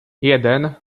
jeden